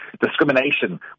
Discrimination